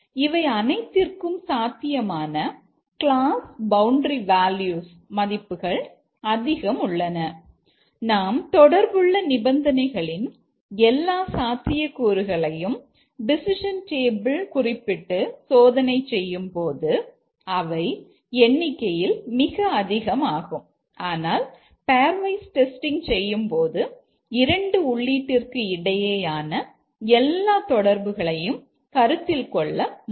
இவை அனைத்திற்கும் சாத்தியமுள்ள கிளாஸ் பவுண்டரி வேல்யூஸ் என அழைக்கப்படும்